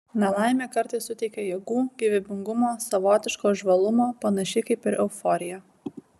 nelaimė kartais suteikia jėgų gyvybingumo savotiško žvalumo panašiai kaip ir euforija